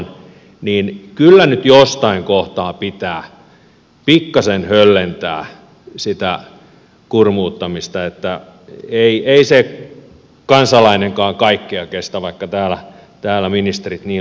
kyllä nyt jostain kohtaa pitää pikkasen höllentää sitä kurmuuttamista ei se kansalainenkaan kaikkea kestä vaikka täällä ministerit niin luulevat